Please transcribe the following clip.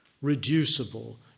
reducible